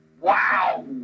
Wow